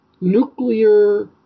nuclear